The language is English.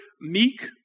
meek